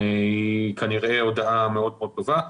היא כנראה הודעה מאוד מאוד טובה.